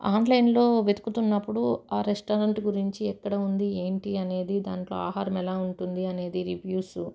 ఆన్లైన్లో వెతుకుతున్నప్పుడు ఆ రెస్టారెంట్ గురించి ఎక్కడ ఉంది ఏంటి అనేది దాంట్లో ఆహారం ఎలా ఉంటుంది అనేది రివ్యూస్